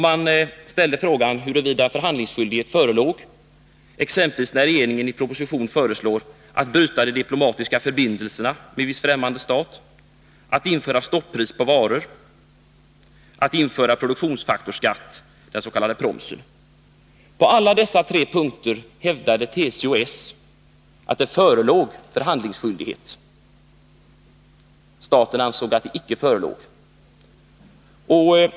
Man frågade huruvida förhandlingsskyldighet föreligger exempelvis när regeringen i proposition föreslår brytande av de diplomatiska förbindelserna med viss främmande stat, införande av stoppris på varor, införande av produktionsfaktorskatt — den s.k. promsen. På alla dessa tre punkter hävdade TCO-S att det förelåg förhandlingsskyldighet. Staten ansåg att förhandlingsskyldighet icke förelåg.